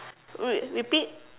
re~ repeat